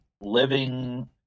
living